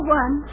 one